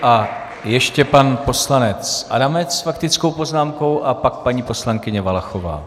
A ještě pan poslanec Adamec s faktickou poznámkou a pak paní poslankyně Valachová.